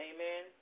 Amen